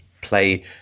play